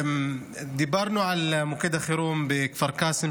דיברנו על מוקד החירום בכפר קאסם,